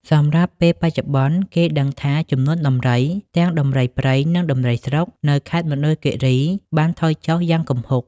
សម្រាប់ពេលបច្ចុប្បន្ន គេដឹងថាចំនួនដំរី ទាំងដំរីព្រៃ និងដំរីស្រុកនៅខេត្តមណ្ឌលគិរីបានថយចុះយ៉ាងគំហុក។